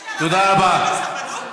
אתה, לסרבנות?